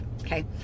Okay